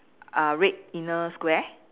uh red inner square